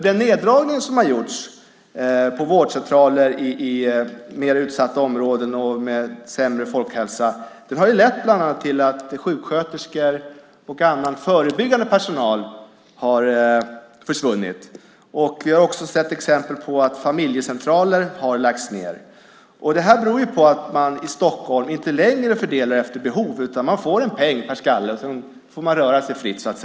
Den neddragning som gjorts vid vårdcentraler i mer utsatta områden, med sämre folkhälsa, har bland annat lett till att sjuksköterskor och annan personal inom förebyggande vård försvunnit. Vi har också sett exempel på att familjecentraler lagts ned. Det beror på att man i Stockholm inte längre fördelar efter behov, utan man får en peng per skalle och får sedan så att säga röra sig fritt.